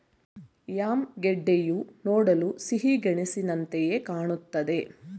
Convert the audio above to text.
yam ಗೆಡ್ಡೆಯು ನೋಡಲು ಸಿಹಿಗೆಣಸಿನಂತೆಯೆ ಕಾಣುತ್ತದೆ